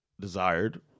desired